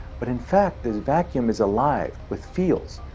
but in fact, this vacuum is alive with fields.